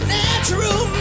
natural